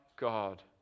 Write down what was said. God